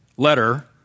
letter